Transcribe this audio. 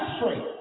straight